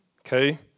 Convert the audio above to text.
Okay